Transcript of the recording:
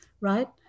Right